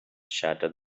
shattered